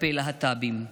כלפי להט"בים,